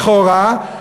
לכאורה,